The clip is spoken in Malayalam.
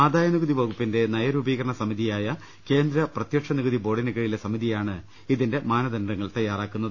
ആദായനികുതി വകുപ്പിന്റെ നയരൂപീകരണ സമിതിയായ കേന്ദ്ര പ്രത്യക്ഷനികുതി ബോർഡിന് കീഴിലെ സമിതിയാണ് ഇതിന്റെ മാനദണ്ഡങ്ങൾ തയ്യാറാക്കുന്നത്